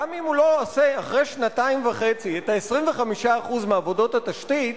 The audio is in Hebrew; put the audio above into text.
גם אם הוא לא עושה אחרי שנתיים וחצי 25% מעבודות התשתית,